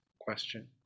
question